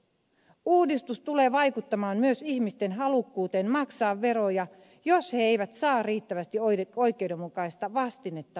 uudistus tulee vaikuttamaan myös ihmisten halukkuuteen maksaa veroja jos he eivät saa riittävästi oikeudenmukaista vastinetta veroilleen